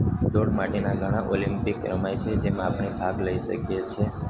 દોડ માટેનાં ઘણા ઓલમ્પિક રમાય છે જેમાં આપણે ભાગ લઈ શકીએ છીએ